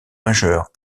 majeure